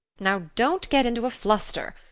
now, don't get into a fluster.